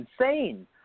insane